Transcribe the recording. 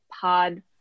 pod